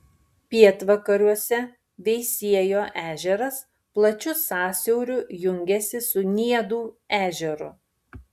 pietvakariuose veisiejo ežeras plačiu sąsiauriu jungiasi su niedų ežeru